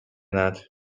not